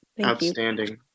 Outstanding